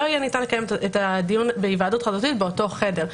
לא יהיה ניתן לקיים את הדיון בהיוועדות חזותית באותו חדר.